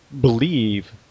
believe